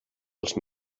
els